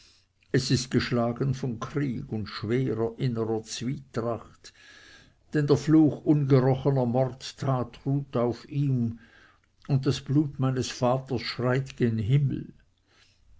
es ist geschlagen von krieg und schwerer innerer zwietracht denn der fluch ungerochener mordtat ruht auf ihm und das blut meines vaters schreit gen himmel